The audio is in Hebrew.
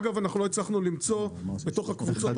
אגב אנחנו לא הצלחנו למצוא בתוך הקבוצות